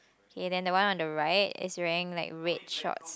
kay then the one on the right is wearing like red shorts